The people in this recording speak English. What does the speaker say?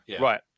Right